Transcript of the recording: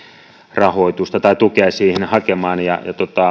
rahoitusta tai tukea siihen hakemaan